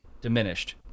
diminished